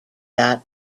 that